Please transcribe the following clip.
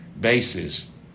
basis